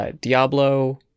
Diablo